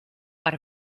per